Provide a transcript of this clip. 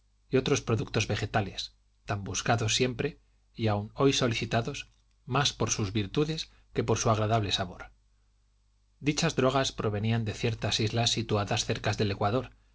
y otros productos vegetales tan buscados siempre y aun hoy solicitados más por sus virtudes que por su agradable sabor dichas drogas provenían de ciertas islas situadas cerca del ecuador